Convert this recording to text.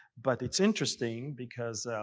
but it's interesting because